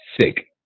sick